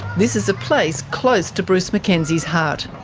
this is a place close to bruce mackenzie's heart,